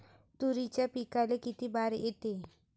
तुरीच्या पिकाले किती बार येते?